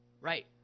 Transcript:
Right